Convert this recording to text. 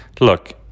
Look